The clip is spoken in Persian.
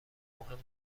مهم